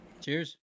Cheers